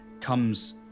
comes